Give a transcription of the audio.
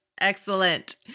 Excellent